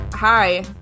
Hi